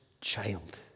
child